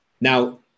Now